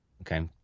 Okay